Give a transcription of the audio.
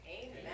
Amen